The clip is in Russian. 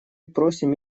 просим